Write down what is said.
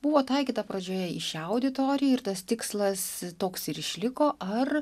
buvo taikyta pradžioje į šią auditoriją ir tas tikslas toks ir išliko ar